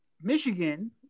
Michigan